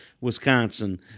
Wisconsin